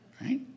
right